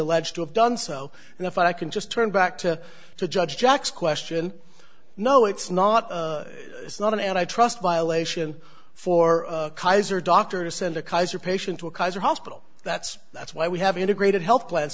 alleged to have done so and if i can just turn back to to judge jack's question no it's not it's not an antitrust violation for his or doctor to send a kaiser patient to a kaiser hospital that's that's why we have integrated health plans